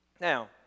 Now